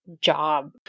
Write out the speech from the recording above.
job